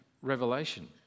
Revelation